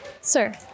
Sir